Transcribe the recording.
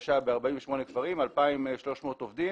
החדשה ב-48 כפרים, 2300 עובדים.